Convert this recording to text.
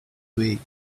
week